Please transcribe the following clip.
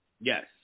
Yes